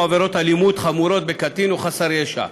עבירות אלימות חמורות בקטין חסר ישע.